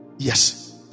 Yes